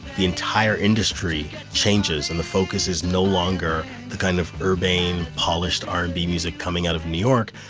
the entire industry changes and the focus is no longer the kind of urbane, polished r and b music coming out of new york.